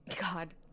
God